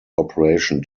operation